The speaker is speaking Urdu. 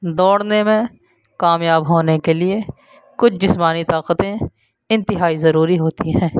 دوڑنے میں کامیاب ہونے کے لیے کچھ جسمانی طاقتیں انتہائی ضروری ہوتی ہیں